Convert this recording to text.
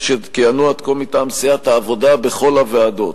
שכיהנו עד כה מטעם סיעת העבודה בכל הוועדות.